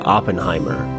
Oppenheimer